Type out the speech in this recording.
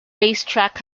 racetrack